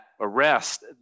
arrest